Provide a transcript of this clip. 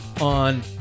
on